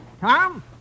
Tom